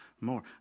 more